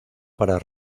para